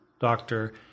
doctor